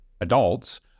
adults